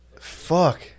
Fuck